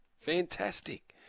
Fantastic